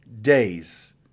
days